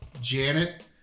Janet